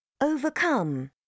Overcome